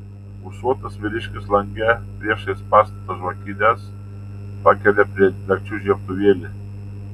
ūsuotas vyriškis lange priešais pastato žvakides pakelia prie dagčių žiebtuvėlį